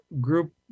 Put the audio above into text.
group